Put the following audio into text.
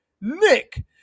Nick